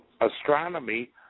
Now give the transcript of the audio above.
astronomy